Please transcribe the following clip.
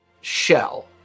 shell